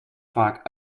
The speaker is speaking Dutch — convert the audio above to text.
vaak